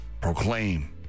proclaim